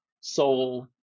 soul